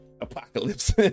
Apocalypse